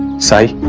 sai.